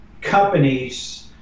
companies